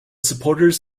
supporters